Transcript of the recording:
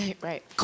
Right